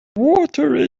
water